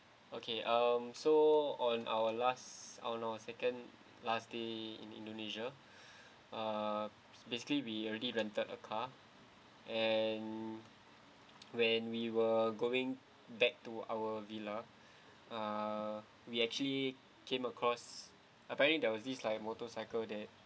okay um so on our last oh no second last day in indonesia uh basically we already rented a car and when we were going back to our villa ah we actually came across apparently there was this like motorcycle that